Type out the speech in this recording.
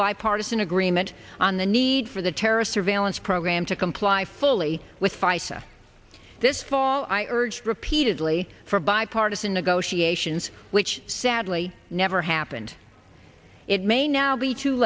bipartisan agreement on the need for the terrorist surveillance program to comply fully with feisal this fall i urged repeatedly for bipartisan negotiations which sadly never happened it may now be too